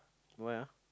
why ah